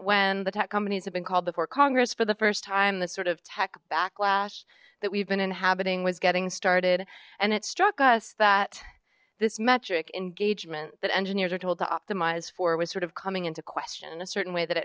when the tech companies had been called before congress for the first time the sort of tech backlash that we've been inhabiting was getting started and it struck us that this metric engagement that engineers are told to optimize for was sort of coming into question in a certain way that it